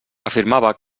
afirmava